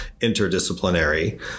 interdisciplinary